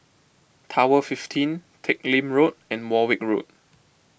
Tower fifteen Teck Lim Road and Warwick Road